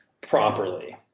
properly